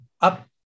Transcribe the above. up